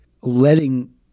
letting